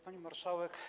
Pani Marszałek!